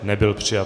Nebyl přijat.